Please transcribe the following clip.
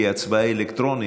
כי ההצבעה היא אלקטרונית.